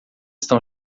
estão